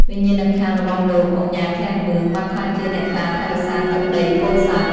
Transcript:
វិញ្ញាណក្ខន្ធរបស់លោកឧកញ៉ា ឃ្លាំងមឿង បានក្លាយជាអ្នកតាថែរក្សាទឹកដីពោធិ៍សាត់។